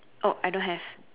oh I don't have